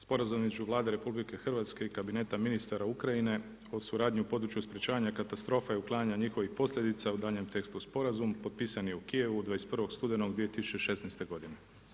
Sporazum između Vlade RH i Kabineta ministara Ukrajine o suradnji u području sprečavanja katastrofa i uklanjanja njihovih posljedica u daljnjem tekstu Sporazum, potpisan je u Kijevu 21. studenog 2016. godine.